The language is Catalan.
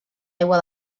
aigua